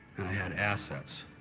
had assets.